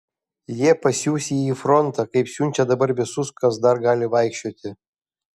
jie pasiųs jį į frontą kaip siunčia dabar visus kas dar gali vaikščioti